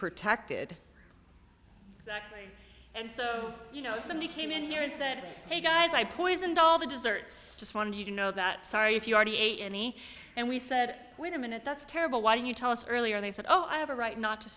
protected and so you know it's and we came in here and said hey guys i poisoned all the desserts just wanted you to know that sorry if you already ate any and we said wait a minute that's terrible why don't you tell us earlier they said oh i have a right not to